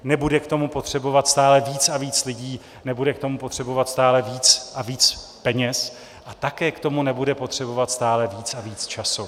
Nebude k tomu potřebovat stále víc a víc lidí, nebude k tomu potřebovat stále víc a víc peněz a také k tomu nebude potřebovat stále víc a víc času.